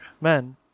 men